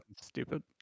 stupid